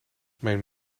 mijn